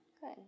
Good